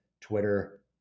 Twitter